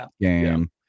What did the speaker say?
game